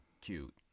cute